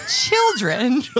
children